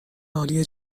عالی